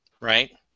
right